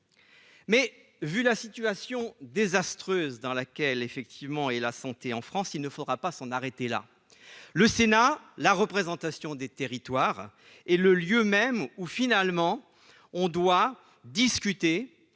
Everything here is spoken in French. mais vu la situation désastreuse dans laquelle effectivement et la santé en France, il ne faudra pas s'en arrêter là le Sénat, la représentation des territoires et le lieu même où finalement on doit discuter